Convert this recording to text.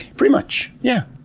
pretty much, yeah.